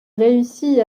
réussit